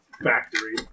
factory